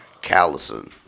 Callison